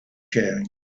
sharing